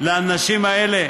לאנשים האלה?